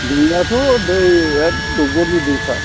दैआथ' दै एक दंग'नि दैखा